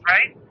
Right